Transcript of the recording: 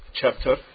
chapter